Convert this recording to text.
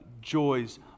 joys